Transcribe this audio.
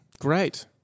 Great